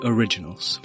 Originals